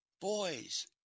boys